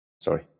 Sorry